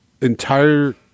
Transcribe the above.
entire